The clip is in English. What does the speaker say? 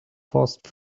fast